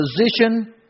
position